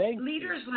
leaders